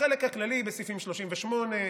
החלק הכללי בסעיף 38,